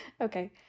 okay